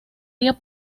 era